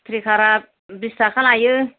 ट्रेकारा बिस थाखा लायो